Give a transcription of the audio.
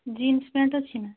jeans pant ଅଛି ନା